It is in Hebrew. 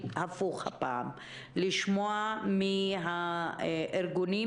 אבל הפעם אני רוצה לשמוע תחילה מהארגונים